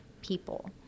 people